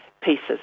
pieces